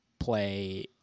Play